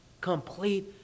complete